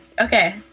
Okay